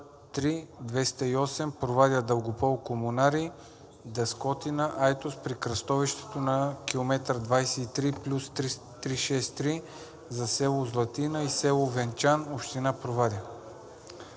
III 208 Провадия – Дългопол – Комунари – Дъскотна – Айтос при кръстовището на км 23+363 за село Златина и село Венчан, община Провадия.